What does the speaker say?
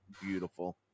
beautiful